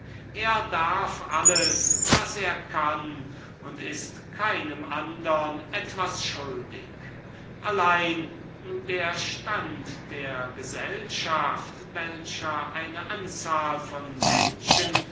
er darf alles was er kann und ist keinem andern nichts schuldig allein der stand der gesellschaft welcher eine anzahl von menschen